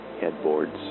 headboards